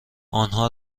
آنها